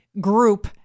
group